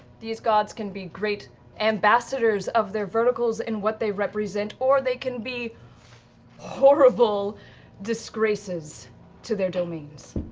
these gods can be great ambassadors of their virtues and what they represent, or they can be horrible disgraces to their domains.